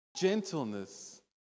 gentleness